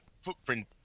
footprint